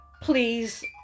please